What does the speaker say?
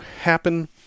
happen